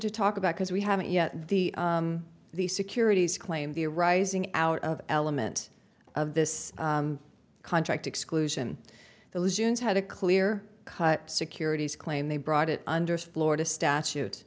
to talk about because we haven't yet the the securities claim the arising out of element of this contract exclusion the lesions had a clear cut securities claim they brought it under florida statute